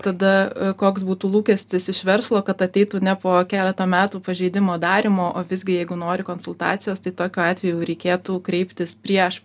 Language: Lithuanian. tada koks būtų lūkestis iš verslo kad ateitų ne po keleto metų pažeidimo darymo o visgi jeigu nori konsultacijos tai tokiu atveju reikėtų kreiptis prieš